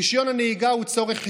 רישיון הנהיגה הוא צורך חיוני.